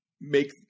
make